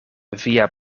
via